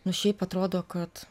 nu šiaip atrodo kad